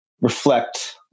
reflect